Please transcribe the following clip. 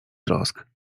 trosk